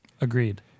Agreed